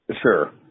Sure